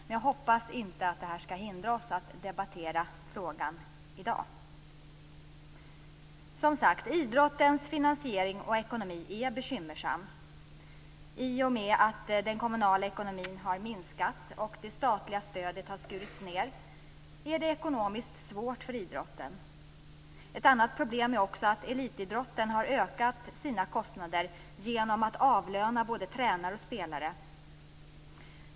Men jag hoppas att detta inte skall hindra oss från att debattera frågan i dag. Idrottens finansiering är som sagt bekymmersam. I och med att den kommunala ekonomin har minskat och det statliga stödet har skurits ned är det ekonomiskt svårt för idrotten. Ett annat problem är också att elitidrotten har ökat sina kostnader genom att avlöna både tränare och spelare.